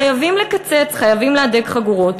חייבים לקצץ, חייבים להדק חגורות.